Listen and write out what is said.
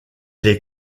les